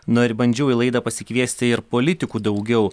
na ir bandžiau į laidą pasikviesti ir politikų daugiau